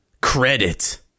credit